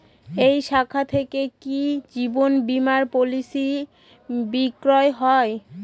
এই শাখা থেকে কি জীবন বীমার পলিসি বিক্রয় হয়?